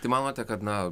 tai manote kad na